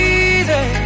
easy